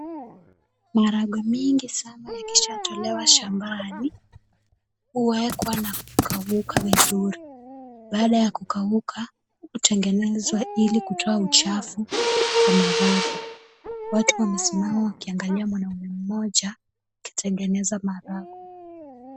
Maharagwe mingi sana yakishatolewa shambani, huwekwa na kukauka vizuri. Baada ya kukauka, hutengenezwa ili kutoa uchafu kwa maharagwe. Watu wamesimama wakiangalia mwanaume mmoja akitengeneza maharagwe.